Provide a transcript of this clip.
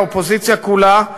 האופוזיציה כולה,